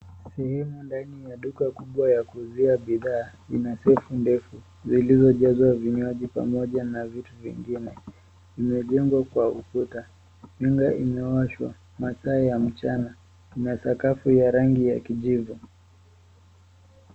sehemu ndani ya daka kubwa la kuuzia bidhaa ina safu ndefu zilizojazwa vinywaji pamoja na vitu vingine vimegwanda kwa ukuta nyumba imewashwa mataa ya mchana na sakavu ya rangi ya kijivu.